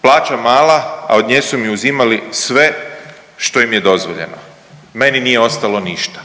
plaća mala, a od nje su mi uzimali sve što im je dozvoljeno, meni nije ostalo ništa.